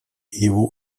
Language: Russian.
его